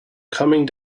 coming